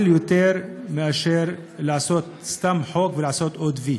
יותר מאשר לעשות סתם חוק ולעשות עוד "וי".